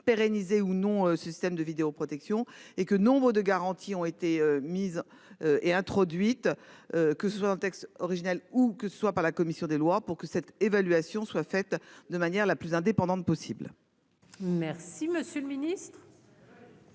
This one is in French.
pérenniser ou non systèmes de vidéoprotection et que nombre de garanties ont été mises. Est introduite. Que ce soit un texte original ou que ce soit par la commission des lois pour que cette évaluation soit faite de manière la plus indépendante possible. Merci Monsieur le Ministre.